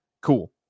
cool